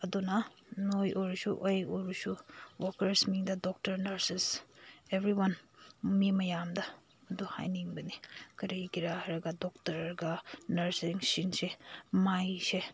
ꯑꯗꯨꯅ ꯅꯣꯏ ꯑꯩ ꯑꯣꯏꯔꯁꯨ ꯋꯥꯛꯀꯔꯁ ꯃꯤꯡꯗ ꯗꯣꯛꯇꯔ ꯅꯔꯁꯦꯁ ꯑꯦꯕ꯭ꯔꯤꯋꯥꯟ ꯃꯤ ꯃꯌꯥꯝꯗ ꯑꯗꯨ ꯍꯥꯏꯅꯤꯡꯕꯅꯤ ꯀꯔꯤꯒꯤꯔ ꯍꯥꯏꯔꯒ ꯗꯣꯛꯇꯔꯒ ꯅꯔꯁꯦꯁꯁꯤꯡꯁꯦ ꯃꯥꯏꯁꯦ